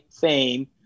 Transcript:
fame